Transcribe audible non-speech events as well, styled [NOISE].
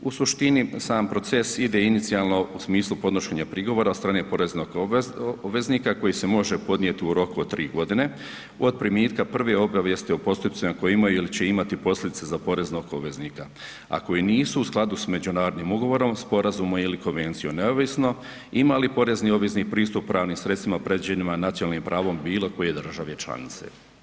U suštini sam proces ide inicijalno u smislu podnošenje prigovora od strane poreznog obveznika koji se može podnijeti u roku od 3 godine od primitka prve obavijesti o postupcima koji imaju ili će imati posljedice za poreznog obveznika, a koji nisu u skladu s međunarodnim ugovorom ili konvencijom neovisno ima li porezni obveznik pristup pravnim sredstvima, ... [UNINTELLIGIBLE] nacionalnim pravom bilo koje države članice.